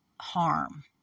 harm